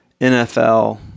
NFL